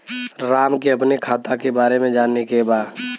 राम के अपने खाता के बारे मे जाने के बा?